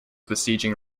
besieging